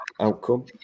outcome